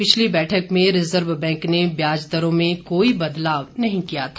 पिछली बैठक में रिजर्व बैंक ने ब्याज दरों में कोई बदलाव नहीं किया था